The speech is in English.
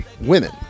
women